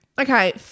Okay